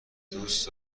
دوست